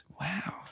Wow